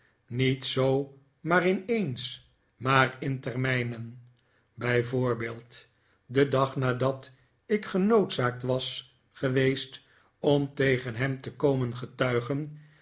niet zoo maar in eens maar in termijnen bij voorbeeld den dag nadat ik genoodzaakt was geweest om tegen hem te komen getuigen